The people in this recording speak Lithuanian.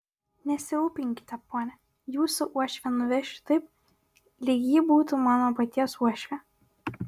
nesirūpinkite pone jūsų uošvę nuvešiu taip lyg ji būtų mano paties uošvė